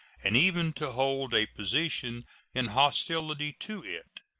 and even to hold a position in hostility to it.